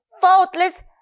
Faultless